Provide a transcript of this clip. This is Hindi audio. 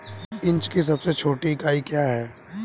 इंच की सबसे छोटी इकाई क्या है?